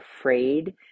afraid